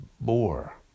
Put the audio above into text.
more